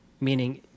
meaning